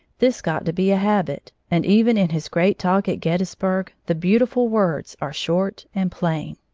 this got to be a habit, and even in his great talk at gettysburg the beautiful words are short and plain.